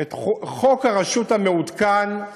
את חוק הרשות המעודכן,